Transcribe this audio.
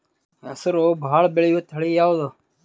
ಹೆಸರು ಭಾಳ ಬೆಳೆಯುವತಳಿ ಯಾವದು?